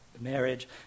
marriage